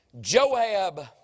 Joab